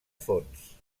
fons